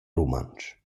rumantsch